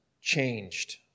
changed